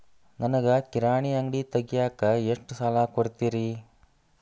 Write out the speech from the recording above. ನನಗ ಕಿರಾಣಿ ಅಂಗಡಿ ತಗಿಯಾಕ್ ಎಷ್ಟ ಸಾಲ ಕೊಡ್ತೇರಿ?